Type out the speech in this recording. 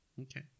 Okay